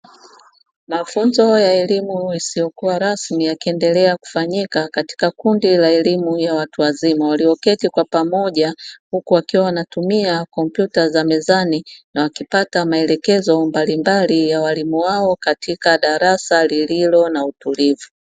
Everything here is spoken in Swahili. Mafunzo ya elimu isiyokuwa rasmi yakiendelea kufanyika katika kundi la elimu ya watu wazima walioketi kwa pamoja, huku wakiwa wanatumia kompyuta za mezani na wakipata maelekezo mbalimbali ya walimu wao katika darasa lililo na utulivu.